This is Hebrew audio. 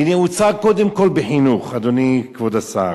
היא נעוצה קודם כול בחינוך, אדוני כבוד השר.